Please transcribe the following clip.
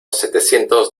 setecientos